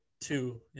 two